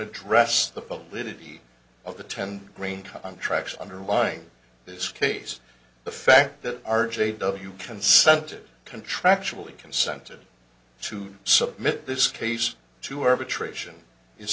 address the boat lividity of the ten grain contracts underlying this case the fact that r j w consented contractually consented to submit this case to arbitration is